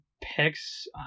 picks